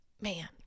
man